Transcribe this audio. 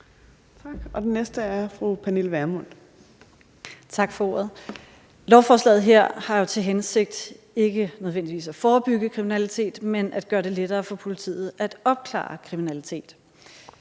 Vermund. Kl. 15:27 Pernille Vermund (NB): Tak for ordet. Lovforslaget her har jo til hensigt ikke nødvendigvis at forebygge kriminalitet, men at gøre det lettere for politiet at opklare kriminalitet.